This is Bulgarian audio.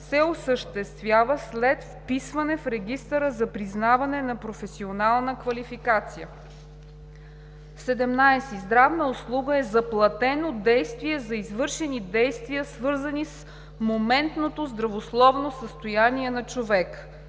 се осъществява след вписване в регистъра за признаване на професионална квалификация. 17. „Здравна услуга“ е заплатено действие за извършени действия, свързани с моментното здравословно състояние на човека.